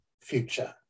future